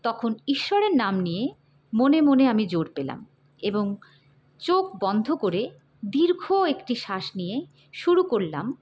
তখন ঈশ্বরের নাম নিয়ে মনে মনে আমি জোর পেলাম এবং চোখ বন্ধ করে দীর্ঘ একটি শ্বাস নিয়ে শুরু করলাম